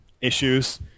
issues